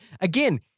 again